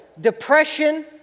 depression